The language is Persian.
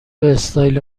استایل